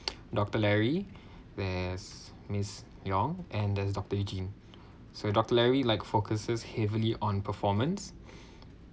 doctor larry there's miss yong and there's doctor eugene so doctor larry like focuses heavily on performance